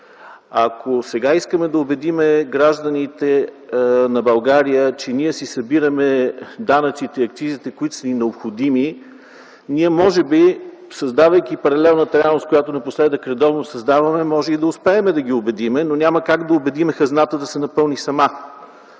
Ако сега искаме да убедим гражданите на България, че ние си събираме данъците и акцизите, които са ни необходими, ние, може би, създавайки паралелната реалност, която напоследък редовно създаваме, може и да успеем да ги убедим, но няма как да убедим хазната да се напълни сама.